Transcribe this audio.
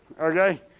okay